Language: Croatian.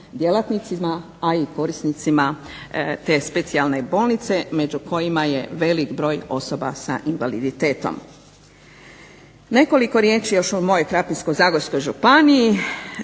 djelatnicima, a i korisnicima te specijalne bolnice među kojima je veliki broj osoba s invaliditetom. Nekoliko riječi o mojoj Krapinsko-zagorskoj županiji.